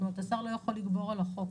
השר לא יכול לגבור על החוק.